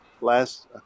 last